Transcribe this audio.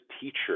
teacher